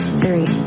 three